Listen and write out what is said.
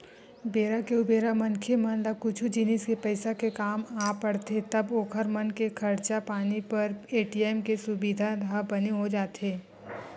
बेरा के उबेरा मनखे मन ला कुछु जिनिस के पइसा के काम आ पड़थे तब ओखर मन के खरचा पानी बर ए.टी.एम के सुबिधा ह बने हो जाथे